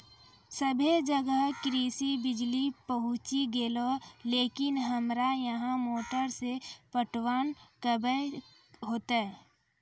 सबे जगह कृषि बिज़ली पहुंची गेलै लेकिन हमरा यहाँ मोटर से पटवन कबे होतय?